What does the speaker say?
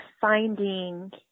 finding